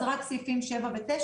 אז רק סעיפים 7 ו-9,